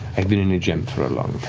i've been in a gem for a long